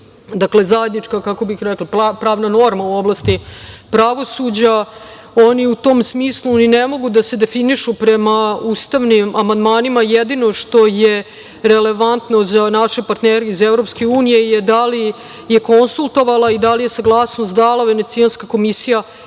dakle, zajednička pravna norma u oblasti pravosuđa, oni u tom smislu ni ne mogu da se definišu prema ustavnim amandmanima. Jedino što je relevantno za naše partnere iz EU je da li je konsultovala i da li je saglasnost dala Venecijanska komisija